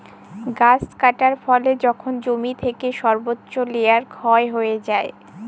গাছ কাটার ফলে যখন জমি থেকে সর্বোচ্চ লেয়ার ক্ষয় হয়ে যায়